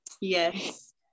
Yes